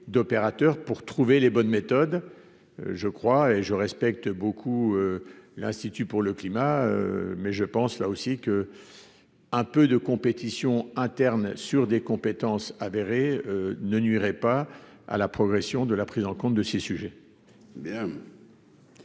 d'opérateur pour trouver les bonnes méthodes, je crois et je respecte beaucoup, l'institut pour le climat, mais je pense là aussi que, un peu de compétition interne sur des compétences avérées ne nuirait pas à la progression de la prise en compte de ces sujets